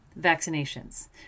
vaccinations